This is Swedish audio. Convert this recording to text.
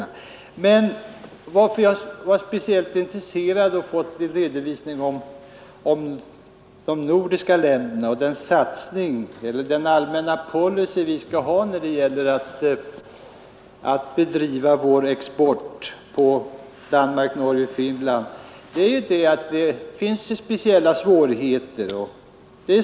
Orsaken till att jag var speciellt intresserad av att få en redovisning om de nordiska länderna och den allmänna policy vi skall ha när det gäller att bedriva vår export på Danmark, Norge och Finland är ju att det finns speciella svårigheter.